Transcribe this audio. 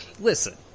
Listen